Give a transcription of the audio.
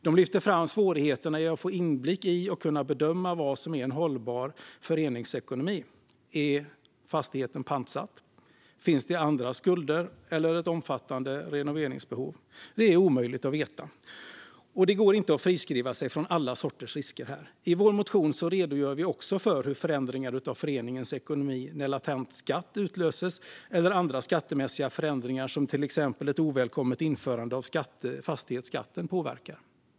De lyfter fram svårigheterna med att få inblick i och bedöma vad som är en hållbar föreningsekonomi. Är fastigheten pantsatt? Finns det andra skulder eller ett omfattande renoveringsbehov? Det är omöjligt att veta, och det går inte att friskriva sig från alla sorters risker. I vår motion redogör vi också för hur förändringar av föreningens ekonomi påverkar, till exempel när latent skatt utlöses eller andra skattemässiga förändringar såsom ett ovälkommet införande av fastighetsskatt.